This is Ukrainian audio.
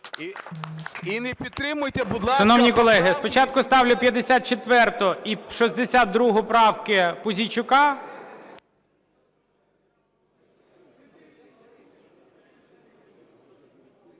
Шановні колеги, спочатку ставлю 54 і 62 правки Пузійчука.